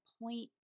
point